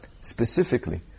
specifically